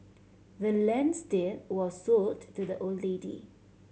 the land's deed was sold to the old lady